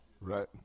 right